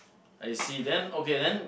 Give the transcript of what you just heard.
I see then okay then